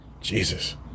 Jesus